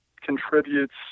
contributes